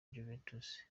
juventus